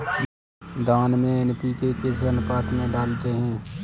धान में एन.पी.के किस अनुपात में डालते हैं?